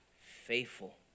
faithful